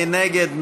מי נגד?